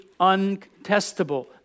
uncontestable